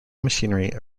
machinery